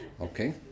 okay